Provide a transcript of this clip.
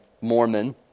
Mormon